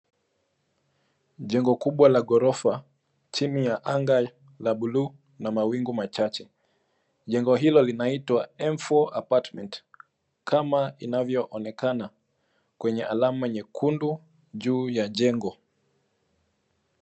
Jengo kubwa la ghorofa, chini ya anga la bluu, na mawingu machache. Jengo hilo linaitwa, M4 Apartments kama inavyoonekana, kwenye alama nyekundu, juu ya jengo.